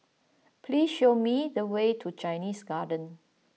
please show me the way to Chinese Garden